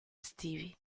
estivi